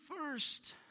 first